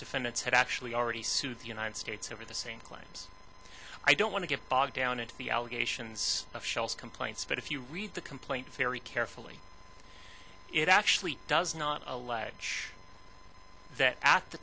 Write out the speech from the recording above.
defendants had actually already sued the united states over the same claims i don't want to get bogged down in the allegations of shells complaints but if you read the complaint very carefully it actually does not allege that at the